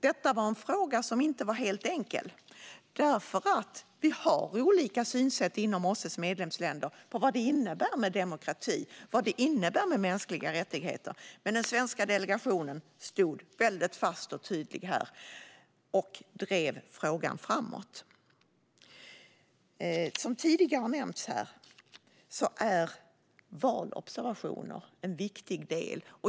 Detta är en fråga som inte var helt enkel, därför att vi har olika synsätt inom OSSE:s medlemsländer på vad det innebär med demokrati och mänskliga rättigheter. Men den svenska delegationen stod väldigt fast och tydlig och drev frågan framåt. Som tidigare har nämnts här är valobservationer en viktig del.